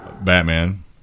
Batman